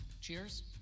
Cheers